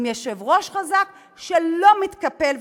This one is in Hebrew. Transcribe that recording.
עם יושב-ראש חזק שלא מתקפל,